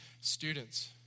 Students